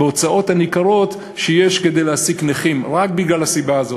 בהוצאות הניכרות שיש כדי להעסיק נכים" רק בגלל הסיבה הזאת.